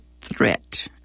threat